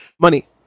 money